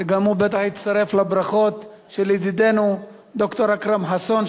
שגם הוא בטח יצטרף לברכות לידידנו ד"ר אכרם חסון,